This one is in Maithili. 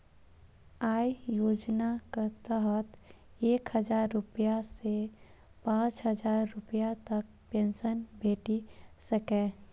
अय योजनाक तहत एक हजार रुपैया सं पांच हजार रुपैया तक पेंशन भेटि सकैए